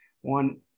One